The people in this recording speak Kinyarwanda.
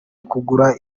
kugura